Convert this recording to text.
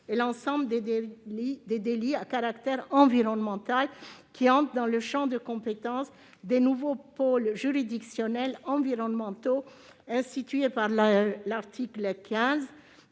l'ensemble des délits à caractère environnemental qui entrent dans le champ de compétence des nouveaux pôles juridictionnels environnementaux, institués par l'article 15